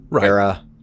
era